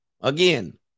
Again